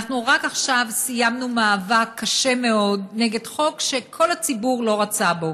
אנחנו רק עכשיו סיימנו מאבק קשה מאוד נגד חוק שכל הציבור לא רצה בו,